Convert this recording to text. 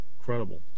Incredible